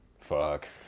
Fuck